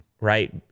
right